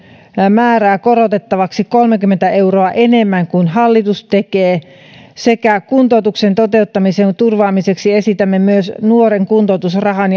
määrää korotettavaksi kolmekymmentä euroa enemmän kuin hallitus tekee ja kuntoutuksen toteuttamisen turvaamiseksi esitämme myös nuoren kuntoutusrahan